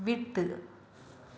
விட்டு